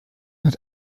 hat